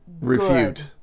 Refute